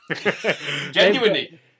Genuinely